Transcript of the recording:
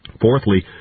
Fourthly